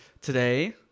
Today